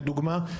לדוגמה,